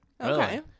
Okay